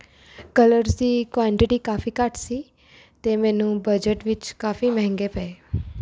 colours ਦੀ quantity ਕਾਫੀ ਘੱਟ ਸੀ ਅਤੇ ਮੈਨੂੰ ਬਜਟ ਵਿੱਚ ਕਾਫੀ ਮਹਿੰਗੇ ਪਏ